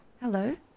Hello